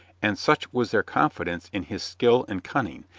and such was their confidence in his skill and cunning,